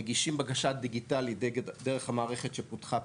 מגישים בקשה דיגיטלית דרך המערכת שפותחה